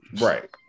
Right